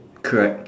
correct